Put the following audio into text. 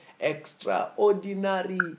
extraordinary